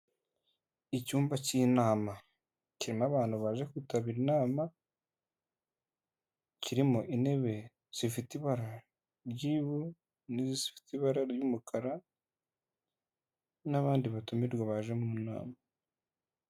Icyumba cy'inama kirimo abantu baje kwitabira inama, kirimo intebe zifite ibara ry'ivu, n'izifite ibara ry'umukara, n'abandi batumirwa baje mu nama.